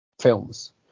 films